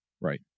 right